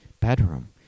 Bedroom